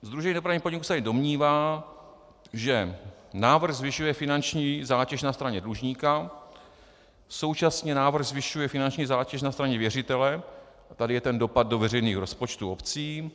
Sdružení dopravních podniků se domnívá, že návrh zvyšuje finanční zátěž na straně dlužníka, současně návrh zvyšuje finanční zátěž na straně věřitele tady je ten dopad do veřejných rozpočtů obcí.